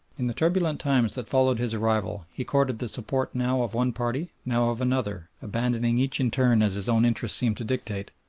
in the turbulent times that followed his arrival he courted the support now of one party now of another abandoning each in turn as his own interests seemed to dictate,